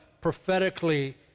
prophetically